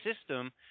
system